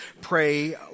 pray